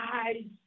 eyes